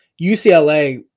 UCLA